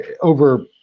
over